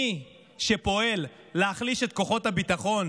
מי שפועל להחליש את כוחות הביטחון,